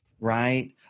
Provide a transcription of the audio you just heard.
right